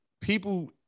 people